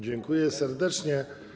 Dziękuję serdecznie.